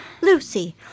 Lucy